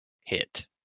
hit